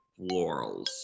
Florals